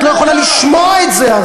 את הרי לא יכולה לשמוע את זה.